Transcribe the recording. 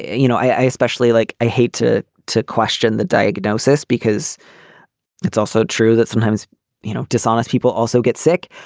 you know, i especially like i hate to to question the diagnosis because it's also true that sometimes you know dishonest people also get sick.